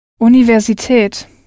Universität